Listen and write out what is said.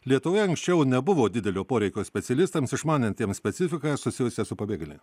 lietuvoje anksčiau nebuvo didelio poreikio specialistams išmanantiems specifiką susijusią su pabėgėliais